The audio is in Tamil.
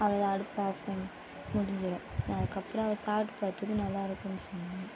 அவ்வளோ தான் அடுப்பை ஆஃப் பண்ணி முடிஞ்சுடும் அதுக்கு அப்றம் அவள் சாப்பிட்டு பார்த்துட்டு நல்லா இருக்குதுன்னு சொன்னாள்